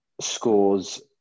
scores